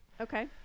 okay